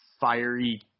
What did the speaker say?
fiery